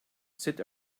sit